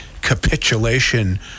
capitulation